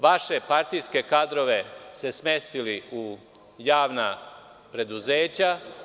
Vaše partijske kadrove ste smestili u javna preduzeća.